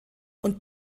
und